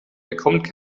bekommt